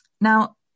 Now